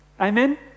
Amen